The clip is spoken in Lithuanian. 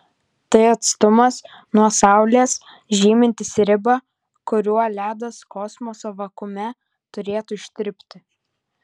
tai atstumas nuo saulės žymintis ribą kuriuo ledas kosmoso vakuume turėtų ištirpti